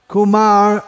Kumar